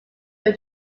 were